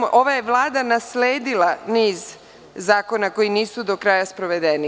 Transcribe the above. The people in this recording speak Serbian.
Ova Vlada je nasledila niz zakona koji nisu do kraja sprovedeni.